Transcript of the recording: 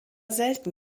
selten